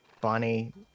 Bonnie